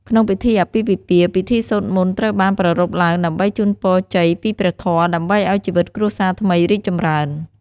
ក្នុងពិធីអាពាហ៍ពិពាហ៍ ពិធីសូត្រមន្តត្រូវបានប្រារព្ធឡើងដើម្បីជូនពរជ័យពីព្រះធម៌ ដើម្បីអោយជីវិតគ្រួសារថ្មីរីកចម្រើន